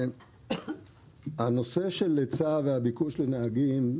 נושא ההיצע והביקוש של נהגים,